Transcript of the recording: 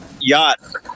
yacht